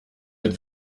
êtes